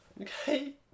Okay